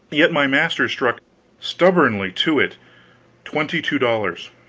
yet my master stuck stubbornly to it twenty-two dollars.